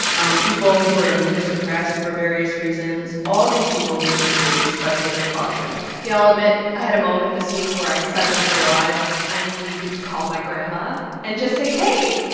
um people who are immunosuppressed for various reasons. all these people need to be taking special precautions yeah, i'll admit i had a moment this week where i suddenly realized i needed to call my grandma and just say, hey,